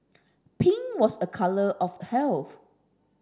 pink was a colour of health